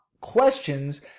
questions